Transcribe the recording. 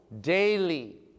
daily